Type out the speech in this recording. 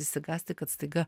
isigąsti kad staiga